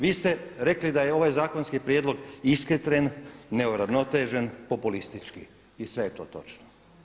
Vi ste rekli da je ovaj zakonski prijedlog ishitren, neuravnotežen, populistički i sve je to točno.